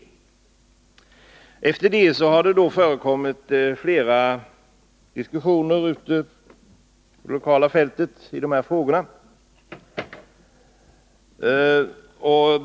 Sedan dess har det förekommit flera diskussioner på det lokala fältet i de här frågorna.